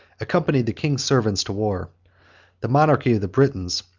accompanied the king's servants to war the monarchy of the britons,